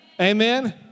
Amen